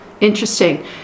Interesting